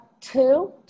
two